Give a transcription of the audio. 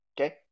Okay